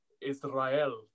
Israel